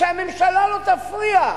שהממשלה לא תפריע.